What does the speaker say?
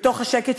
בתוך השקט,